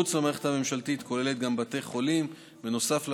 מחוץ למערכת הממשלתית וכוללת גם בתי חולים נוסף לקהילה,